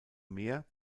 mehr